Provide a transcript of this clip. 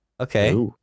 Okay